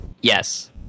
Yes